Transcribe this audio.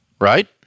right